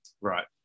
Right